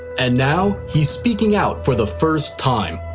and now, he's speaking out for the first time.